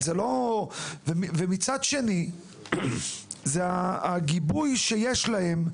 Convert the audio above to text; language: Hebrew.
מצד שני, זה הגיבוי שיש להם,